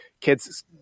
kids